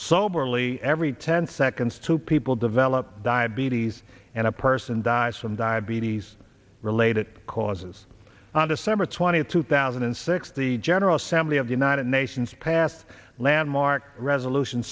soberly every ten seconds two people develop diabetes and a person dies from diabetes related causes on december twentieth two thousand and six the general assembly of the united nations passed landmark resolution